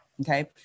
okay